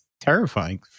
terrifying